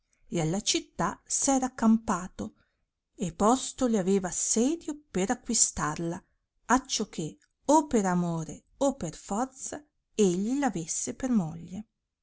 e alla città s era accampato e posto le aveva assedio per acquistarla acciò che o per amore o per forza egli avesse per moglie